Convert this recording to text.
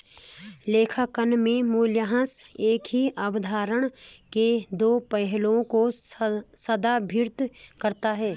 लेखांकन में मूल्यह्रास एक ही अवधारणा के दो पहलुओं को संदर्भित करता है